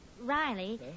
Riley